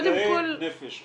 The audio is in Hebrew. קודם כל -- סל לנפגעי נפש,